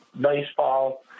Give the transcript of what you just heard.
baseball